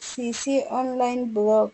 SCC Online Blog .